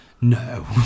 No